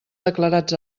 declarats